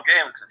games